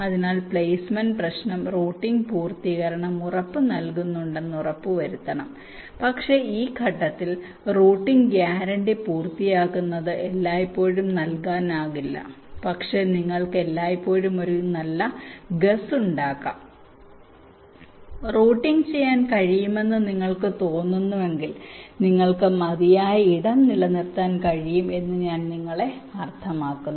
അതിനാൽ പ്ലെയ്സ്മെന്റ് പ്രശ്നം റൂട്ടിംഗ് പൂർത്തീകരണം ഉറപ്പുനൽകുന്നുണ്ടെന്ന് ഉറപ്പുവരുത്തണം പക്ഷേ ഈ ഘട്ടത്തിൽ ഈ റൂട്ടിംഗ് ഗ്യാരണ്ടി പൂർത്തിയാക്കുന്നത് എല്ലായ്പ്പോഴും നൽകാനാകില്ല പക്ഷേ നിങ്ങൾക്ക് എല്ലായ്പ്പോഴും ഒരു നല്ല ഗസ്സ് ഉണ്ടാക്കാം റൂട്ടിംഗ് ചെയ്യാൻ കഴിയുമെന്ന് നിങ്ങൾക്ക് തോന്നുന്നുവെങ്കിൽ നിങ്ങൾക്ക് മതിയായ ഇടം നിലനിർത്താൻ കഴിയും എന്ന് ഞാൻ നിങ്ങളെ അർത്ഥമാക്കുന്നു